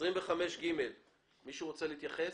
סעיף 25ג. מישהו רוצה להתייחס?